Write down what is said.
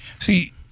See